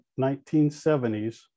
1970s